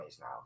now